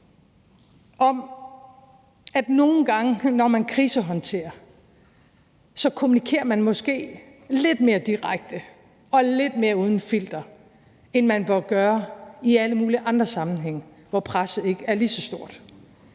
nogle gange, når man krisehåndterer, kommunikerer man måske lidt mere direkte og lidt mere uden filter, end man bør gøre i alle mulige andre sammenhænge, hvor presset ikke er lige så stort.